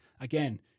Again